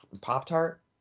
Pop-Tart